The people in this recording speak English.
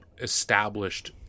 established